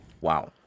Wow